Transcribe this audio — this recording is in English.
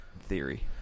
theory